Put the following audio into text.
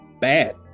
bad